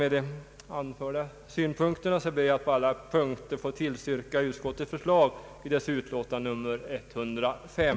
Med de anförda synpunkterna ber jag att på alla punkter